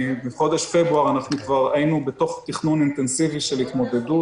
מחודש פברואר היינו בתוך תכנון אינטנסיבי של התמודדות,